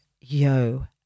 yo